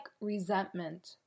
resentment